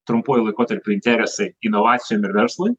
trumpuoju laikotarpiu interesai inovacijom ir verslui